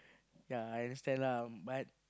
ya I understand lah but